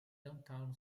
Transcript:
downtown